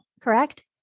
correct